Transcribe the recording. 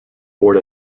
board